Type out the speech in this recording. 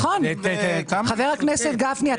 חבר הכנסת גפני,